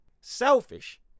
selfish